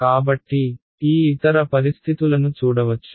కాబట్టి ఈ ఇతర పరిస్థితులను చూడవచ్చు